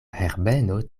herbeno